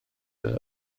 iddo